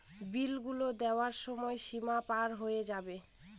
বিল গুলো দেওয়ার সময় সীমা পার হয়ে যাবে